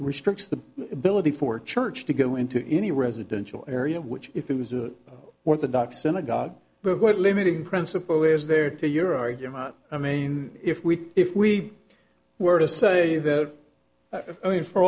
restricts the ability for church to go into any residential area which if it was a orthodox synagogue but what limiting principle is there to your argument i mean if we if we were to say that i mean for